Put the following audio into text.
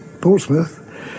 Portsmouth